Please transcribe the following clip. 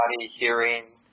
hearing